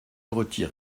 retire